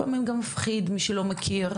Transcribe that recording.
לפעמים גם מפחיד למי שלא מכיר,